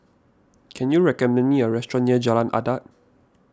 can you recommend me a restaurant near Jalan Adat